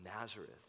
Nazareth